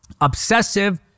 obsessive